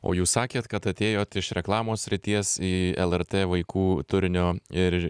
o jūs sakėt kad atėjot iš reklamos srities į lrt vaikų turinio ir